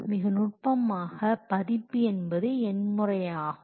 மிக நுட்பமாக பதிப்பு என்பது எண் முறையாகும்